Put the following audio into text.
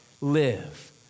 live